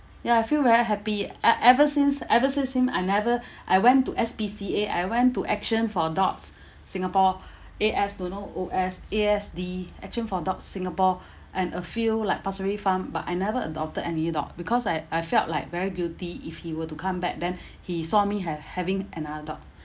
ya I feel very happy e~ ever since ever since him I never I went to S_P_C_A I went to action for dogs singapore A S don't know O S A_S_D action for dogs singapore and a few like farm but I never adopted any dog because I I felt like very guilty if he were to come back then he saw me have having another dog